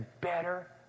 better